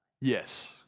Yes